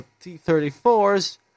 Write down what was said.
T-34s